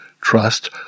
trust